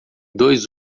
dois